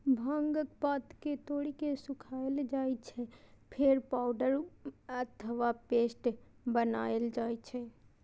भांगक पात कें तोड़ि के सुखाएल जाइ छै, फेर पाउडर अथवा पेस्ट बनाएल जाइ छै